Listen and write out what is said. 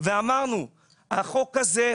ואמרנו שהחוק הזה,